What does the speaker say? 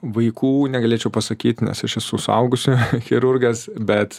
vaikų negalėčiau pasakyt nes aš esu suaugusių chirurgas bet